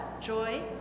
joy